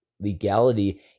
legality